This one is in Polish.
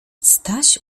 staś